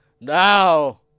Now